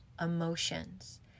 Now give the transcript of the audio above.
emotions